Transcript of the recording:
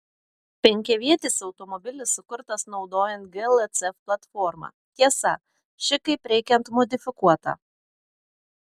penkiavietis automobilis sukurtas naudojant glc platformą tiesa ši kaip reikiant modifikuota